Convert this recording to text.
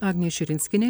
agnei širinskienei